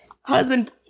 Husband